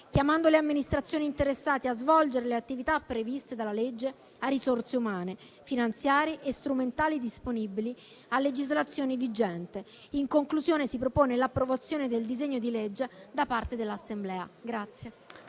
chiamando le amministrazioni interessate a svolgere le attività previste dalla legge a risorse umane, finanziarie e strumentali disponibili a legislazione vigente. In conclusione, si propone l'approvazione del disegno di legge da parte dell'Assemblea.